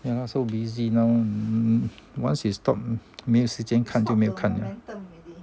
ya lor so busy now once you stopped 没有时间看就没有看